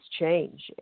change